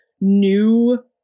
new